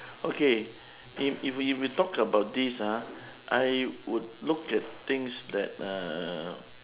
okay if if we if we talk about this ah I would look at things that uh